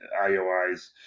IOIs